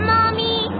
Mommy